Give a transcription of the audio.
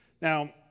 Now